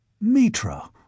Mitra